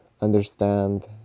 understand